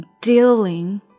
dealing